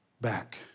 back